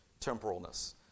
temporalness